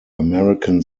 american